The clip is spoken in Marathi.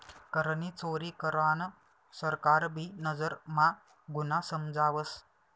करनी चोरी करान सरकार भी नजर म्हा गुन्हा समजावस